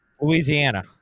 Louisiana